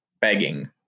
begging